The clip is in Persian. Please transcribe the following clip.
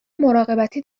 مراقبتی